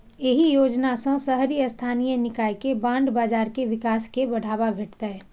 एहि योजना सं शहरी स्थानीय निकाय के बांड बाजार के विकास कें बढ़ावा भेटतै